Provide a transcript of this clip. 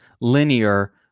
linear